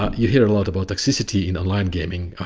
ah you hear a lot about in online gaming.